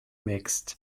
mixed